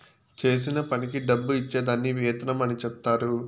చేసిన పనికి డబ్బు ఇచ్చే దాన్ని వేతనం అని చెప్తారు